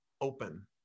open